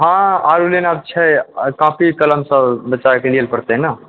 हँ आओर लेना छै कॉपी कलम सब बच्चा के लिए लेबऽ परतै ने